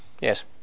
Yes